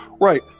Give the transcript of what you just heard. Right